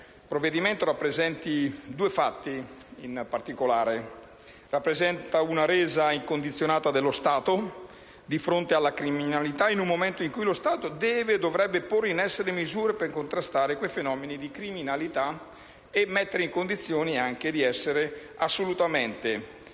provvedimento rappresenti due fatti, in particolare. Rappresenta una resa incondizionata dello Stato di fronte alla criminalità in un momento in cui lo Stato deve e dovrebbe porre in essere misure per contrastare quei fenomeni di criminalità e mettere in condizioni di essere assolutamente